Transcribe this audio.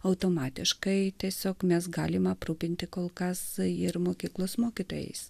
automatiškai tiesiog mes galime aprūpinti kol kas tai ir mokyklos mokytojais